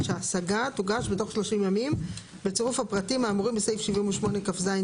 שההשגה תוגש בתוך 30 ימים בצירוף הפרטים האמורים בסעיף 78כז(ג).